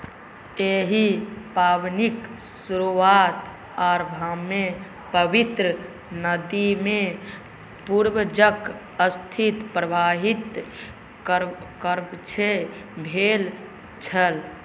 एहि पाबनिक शुरुवात आरम्भमे पवित्र नदीमे पूर्वजक अस्थि प्रवाहित करबासँ भेल छल